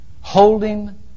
holding